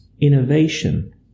innovation